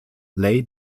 lay